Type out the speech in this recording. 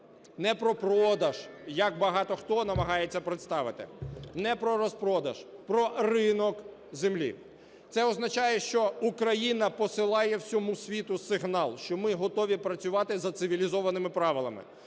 Не про продаж, як багато хто намагається представити. Не про розпродаж - про ринок землі. Це означає, що Україна посилає всьому світу сигнал, що ми готові працювати за цивілізованими правилами,